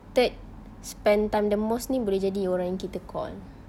third spend time the most ini boleh jadi orang yang kita call